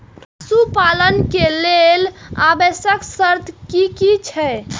पशु पालन के लेल आवश्यक शर्त की की छै?